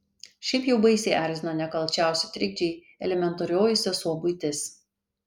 šiaip jau baisiai erzina nekalčiausi trikdžiai elementarioji sesuo buitis